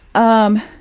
um,